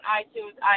iTunes